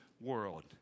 world